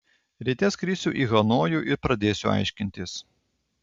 ryte skrisiu į hanojų ir pradėsiu aiškintis